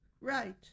right